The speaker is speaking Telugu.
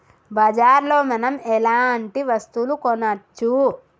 బజార్ లో మనం ఎలాంటి వస్తువులు కొనచ్చు?